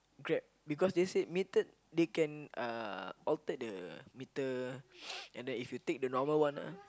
Grab because they said metered they can uh alter the meter and then if you take the normal one ah